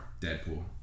Deadpool